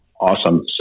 Awesome